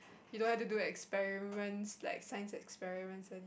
you don't have to do experiments like science experiments all th~